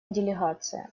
делегация